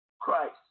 Christ